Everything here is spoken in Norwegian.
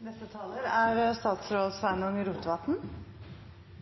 I 2017 vedtok Stortinget Noregs første klimalov. Lova er